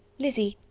lizzy,